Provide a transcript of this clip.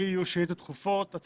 אני כרגע לא יכול לקבל מתווכים